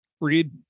Read